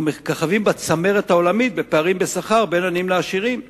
אנחנו מככבים בצמרת העולמית בפערים בשכר בין עניים לעשירים,